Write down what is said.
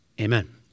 amen